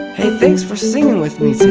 hey, thanks for singing with me